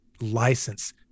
license